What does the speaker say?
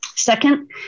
Second